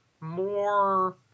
more